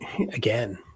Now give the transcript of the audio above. again